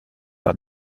par